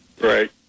Right